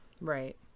Right